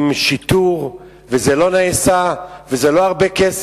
עם שיטור, וזה לא נעשה, וזה לא הרבה כסף.